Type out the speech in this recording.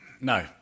No